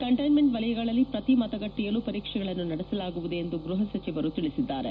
containment ವಲಯಗಳಲ್ಲಿ ಪ್ರತಿ ಮತಗಟ್ಟೆಯಲ್ಲೂ ಪರೀಕ್ಷೆಗಳನ್ನು ನಡೆಸಲಾಗುವುದು ಎಂದು ಗೃಹ ಸಚಿವರು ತಿಳಿಸಿದ್ದಾರೆ